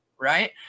right